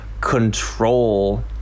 control